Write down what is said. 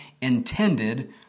intended